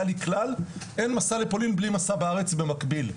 היה לי כלל: אין מסע לפולין בלי מסע בארץ במקביל.